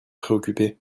préoccupé